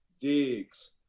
digs